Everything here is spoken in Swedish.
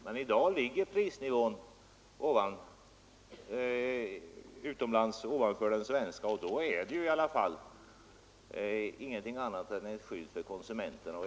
Men i dag ligger prisnivån utomlands högre än den svenska, och då är det ju ingenting annat än ett skydd för konsumenterna.